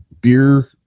beer